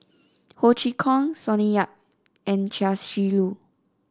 Ho Chee Kong Sonny Yap and Chia Shi Lu